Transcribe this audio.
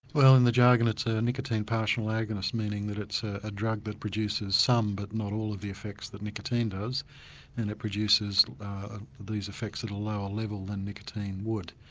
well in the jargon it's a nicotine partial agonist, meaning that it's a a drug that produces some but not all of the effects that nicotine does and it produces these effects at a lower level than nicotine would.